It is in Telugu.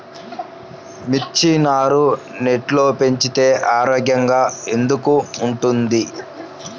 మిర్చి నారు నెట్లో పెంచితే ఆరోగ్యంగా ఎందుకు ఉంటుంది?